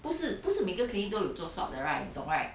不是不是每个 clinic 都有做 swab 的 right 你懂 right